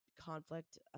conflict